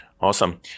Awesome